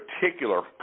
particular